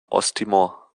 osttimor